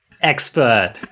expert